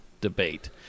debate